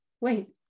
wait